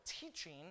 teaching